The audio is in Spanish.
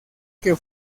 que